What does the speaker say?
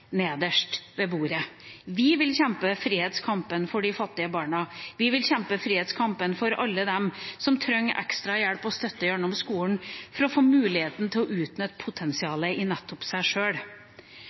nederst ved bordet. Vi vil kjempe frihetskampen for de fattige barna, vi vil kjempe frihetskampen for alle dem som trenger ekstra hjelp og støtte gjennom skolen for å få muligheten til å utnytte